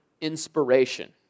inspiration